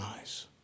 eyes